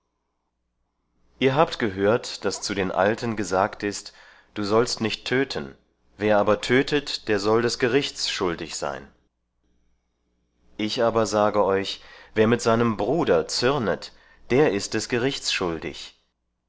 ihr habt gehört daß zu den alten gesagt ist du sollst nicht töten wer aber tötet der soll des gerichts schuldig sein ich aber sage euch wer mit seinem bruder zürnet der ist des gerichts schuldig